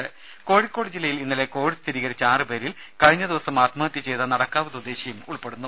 രുമ കോഴിക്കോട് ജില്ലയിൽ ഇന്നലെ കോവിഡ് സ്ഥിരീകരിച്ച ആറ് കഴിഞ്ഞ ദിവസം ആത്മഹത്യ ചെയ്ത നടക്കാവ് പേരിൽ സ്വദേശിയും ഉൾപ്പെടുന്നു